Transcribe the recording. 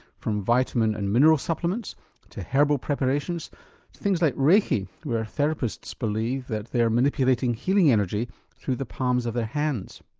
from vitamin and mineral supplements to herbal preparations to things like reiki where therapists believe that they're manipulating healing energy through the palms of their hands.